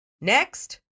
Next